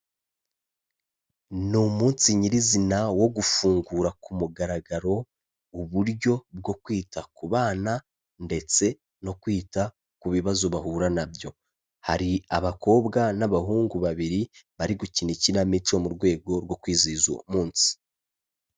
Ni umunsi nyirizina wo gufungura ku mugaragaro uburyo bwo kwita ku bana ndetse no kwita ku bibazo bahura na byo, hari abakobwa n'abahungu babiri bari gukina ikinamico, mu rwego rwo kwizihiza uwo munsi.